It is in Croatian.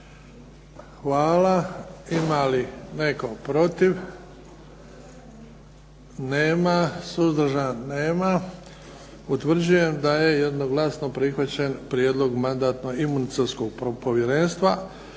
Hvala. Ima li netko protiv? Nema. Suzdržan? Nema. Utvrđujem da je jednoglasno prihvaćen prijedlog Mandatno imunitetskog povjerenstva.